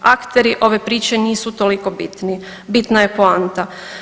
Akteri ove priče nisu toliko bitni, bitna je poanta.